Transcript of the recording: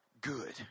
good